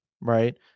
right